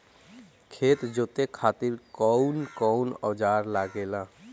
खेत जोते खातीर कउन कउन औजार लागेला?